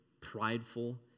prideful